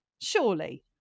surely